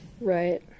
right